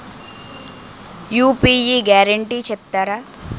UPI guarantee చెప్తారా?